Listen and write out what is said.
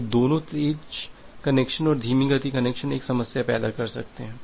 तो दोनों तेज़ कनेक्शन और धीमी गति कनेक्शन एक समस्या पैदा कर सकते हैं